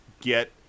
get